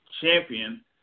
champion